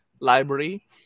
library